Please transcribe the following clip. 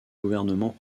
gouvernement